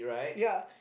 ya